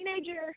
teenager